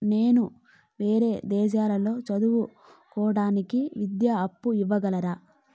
నేను వేరే దేశాల్లో చదువు కోవడానికి విద్యా అప్పు ఇవ్వగలరా?